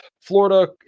Florida